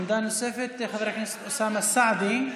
נוספת חבר הכנסת אוסאמה סעדי.